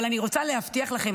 אבל אני רוצה להבטיח לכם,